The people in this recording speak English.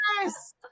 Yes